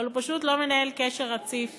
אבל הוא פשוט לא מנהל קשר רציף